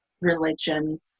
religion